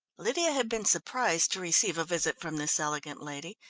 lydia had been surprised to receive a visit from this elegant lady,